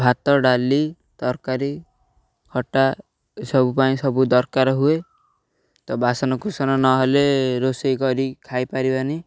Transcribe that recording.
ଭାତ ଡ଼ାଲି ତରକାରୀ ଖଟା ଏ ସବୁ ପାଇଁ ସବୁ ଦରକାର ହୁଏ ତ ବାସନକୁୁସନ ନହେଲେ ରୋଷେଇ କରି ଖାଇପାରିବାନି